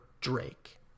Drake